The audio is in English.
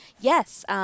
yes